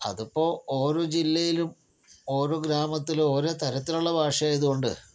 അത് ഇപ്പോൾ ഓരോ ജില്ലയിലും ഓരോ ഗ്രാമത്തിലും ഓരോ തരത്തിലുള്ള ഭാഷയായതുകൊണ്ട്